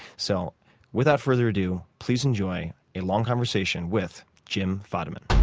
so without further ado please enjoy a long conversation with jim fadiman.